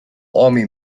army